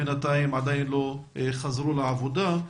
בינתיים לא חזרו לעבודה.